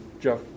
Jeff